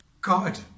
God